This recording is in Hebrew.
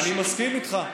אני מסכים איתך.